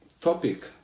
topic